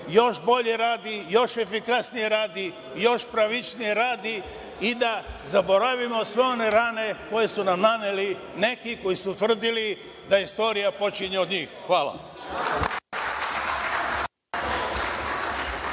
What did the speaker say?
još bolje radi, još efikasnije radi, još pravičnije radi i da zaboravimo sve rane koje su nam naneli neki koji su tvrdili da istorija počinje od njih.